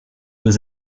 was